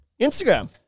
Instagram